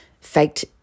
faked